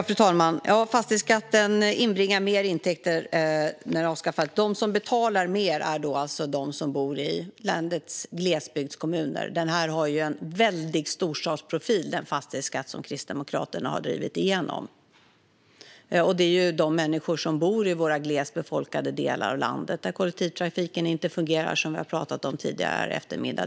Fru talman! Fastighetsavgiften inbringar mer intäkter än den gamla fastighetsskatten, som numera är avskaffad. De som betalar mer är alltså de som bor i landets glesbygdskommuner. Den fastighetsskatt som Kristdemokraterna har drivit igenom har en tydlig storstadsprofil. Höjningen gäller de människor som bor i de glesbefolkade delarna av vårt land, där kollektivtrafiken inte fungerar, som vi har talat om tidigare här i eftermiddag.